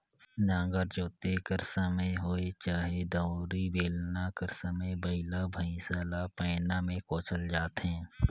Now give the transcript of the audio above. नांगर जोते कर समे होए चहे दउंरी, बेलना कर समे बइला भइसा ल पैना मे कोचल जाथे